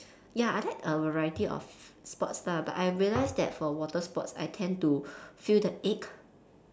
ya I like a variety of sports lah but I realised that for water sports I tend to feel the ache